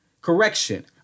correction